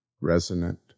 resonant